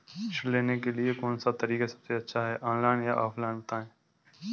ऋण लेने के लिए कौन सा तरीका सबसे अच्छा है ऑनलाइन या ऑफलाइन बताएँ?